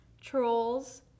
trolls